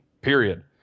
period